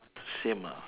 same ah